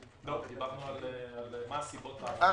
אלו עררים שהתייתרו עכשיו לאור ההארכה של המועד שעשינו בוועדה?